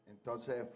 Entonces